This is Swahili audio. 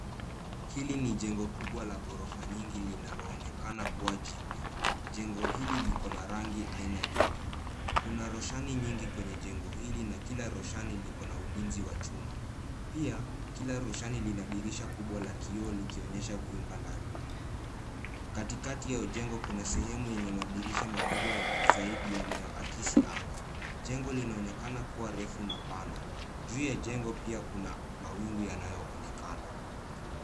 Hili ni jengo kubwa la ghorofa nyingi linaloonekana kuwa jipya. Jengo hili liko na rangi aina nyingi. Kuna roshani nyingi kwenye jengo hili na kila roshani liko na ulinzi wa chuma. Pia, kila roshani lina dirisha kubwa la kioo likionyesha vyumba ndani. Katikati ya ujengo kuna sehemu yenye madirisha makubwa zaidi yanayoakisi anga. Jengo linaonekana kuwa refu na pana. Juu ya jengo pia kuna mawingu yanayoonekana.